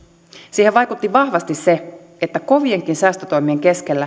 siihen vaikutti vahvasti se että kovienkin säästötoimien keskellä